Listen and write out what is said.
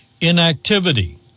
inactivity